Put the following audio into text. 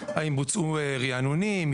האם בוצעו רענונים,